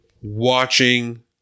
watching